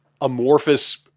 amorphous